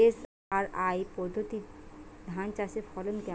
SRI পদ্ধতি ধান চাষের ফলন কেমন?